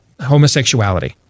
homosexuality